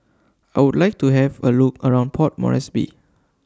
I Would like to Have A Look around Port Moresby